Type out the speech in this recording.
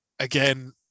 Again